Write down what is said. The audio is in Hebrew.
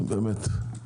באמת.